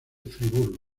friburgo